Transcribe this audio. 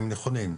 הם נכונים,